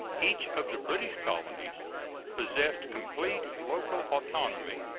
each of the british colonies possessed complete local autonomy.